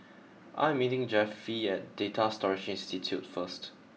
I am meeting Jeffie at Data Storage Institute first